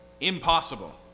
impossible